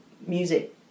music